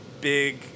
big